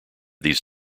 these